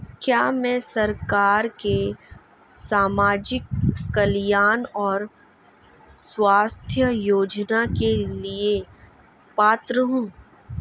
क्या मैं सरकार के सामाजिक कल्याण और स्वास्थ्य योजना के लिए पात्र हूं?